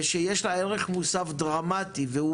ושיש לה ערך מוסף דרמטי, והוא